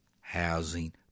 housing